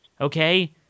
Okay